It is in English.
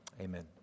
amen